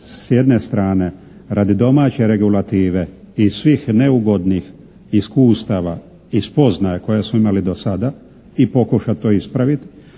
s jedne strane radi domaće regulative i svih neugodnih iskustava i spoznaja koja smo imali do sada i pokušati to ispraviti